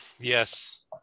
yes